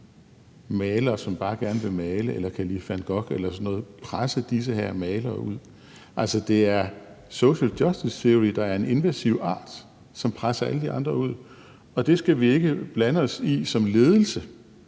malere, som bare gerne vil male eller kan lide van Gogh eller sådan noget, ud. Det er social justice theory, der er en invasiv art, som presser alle de andre ud, og det skal vi ikke blande os i som ledelse,